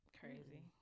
crazy